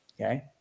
okay